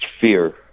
fear